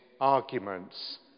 arguments